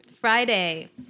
Friday